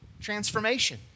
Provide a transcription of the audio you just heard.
transformation